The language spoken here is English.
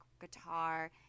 guitar